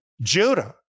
Judah